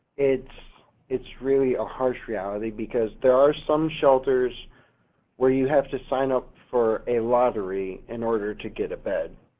it's it's really a harsh reality because there are some shelters where you have to sign up for a lottery in order to get a bed.